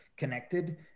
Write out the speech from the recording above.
connected